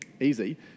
easy